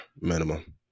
minimum